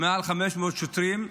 מעל 500 שוטרים,